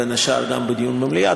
בין השאר גם בדיון במליאה.